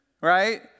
right